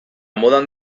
modan